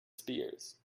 spears